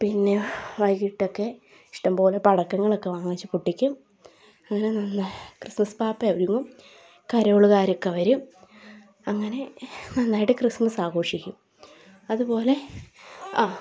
പിന്നെ വൈകിയിട്ടൊക്കെ ഇഷ്ടംപോലെ പടക്കങ്ങൾ ഒക്കെ വാങ്ങിച്ച് പൊട്ടിക്കും അങ്ങനെ നമ്മൾ ക്രിസ്മസ് പാപ്പാ ഒരുങ്ങും കരോൾക്കാരൊക്കെ വരും അങ്ങനെ നന്നായിട്ട് ക്രിസ്മസ് ആഘോഷിക്കും അതുപോലെ ആ